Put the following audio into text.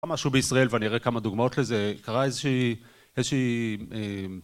משהו בישראל ואני אראה כמה דוגמאות לזה קרה איזושהי איזושהי